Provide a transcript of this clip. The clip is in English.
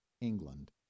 England